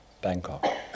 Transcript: Bangkok